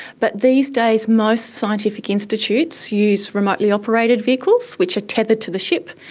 but these days most scientific institutes use remotely operated vehicles which are tethered to the ship,